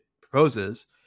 proposes